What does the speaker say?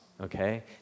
Okay